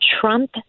Trump